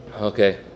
Okay